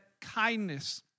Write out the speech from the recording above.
kindness